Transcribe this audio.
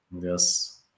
Yes